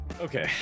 Okay